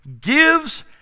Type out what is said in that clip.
gives